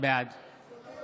בעד משה סעדה,